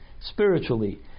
spiritually